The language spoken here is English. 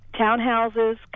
Townhouses